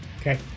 Okay